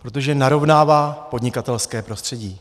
Protože narovnává podnikatelské prostředí.